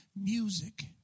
music